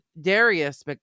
Darius